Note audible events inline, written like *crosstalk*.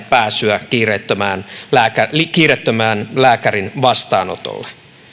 *unintelligible* pääsyä kiireettömän lääkärin kiireettömän lääkärin vastaanotolle